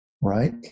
right